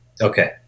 Okay